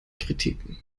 kritiken